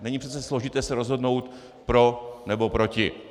Není přece složité se rozhodnout pro nebo proti.